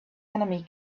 enemy